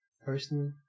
personally